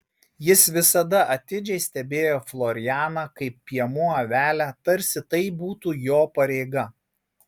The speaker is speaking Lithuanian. jis visada atidžiai stebėjo florianą kaip piemuo avelę tarsi tai būtų jo pareiga